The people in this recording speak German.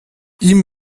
ihm